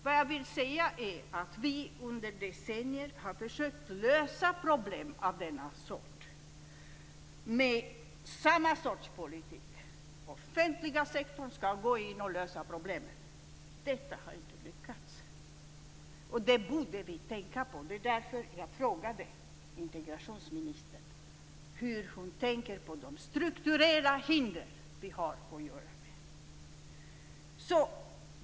Vad jag vill säga är att vi under decennier har försökt lösa problem av denna sort med samma sorts politik. Den offentliga sektorn ska gå in och lösa problemen. Detta har inte lyckats. Det borde vi tänka på. Det var därför jag frågade integrationsministern hur hon ser på de strukturella hinder vi har att göra med.